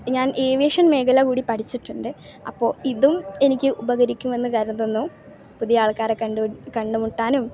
ഞാൻ ഏവിയേഷൻ മേഖല കൂടി പഠിച്ചിട്ടുണ്ട് അപ്പോൾ ഇതും എനിക്ക് ഉപകരിക്കുമെന്ന് കരുതുന്നു പുതിയ ആൾക്കാരെ കണ്ട് കണ്ട് മുട്ടാനും